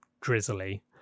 drizzly